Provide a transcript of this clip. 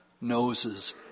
noses